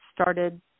started